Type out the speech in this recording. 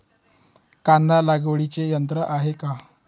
कांदा लागवडीचे यंत्र आहे का?